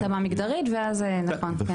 התאמה מגדרית ואז, נכון.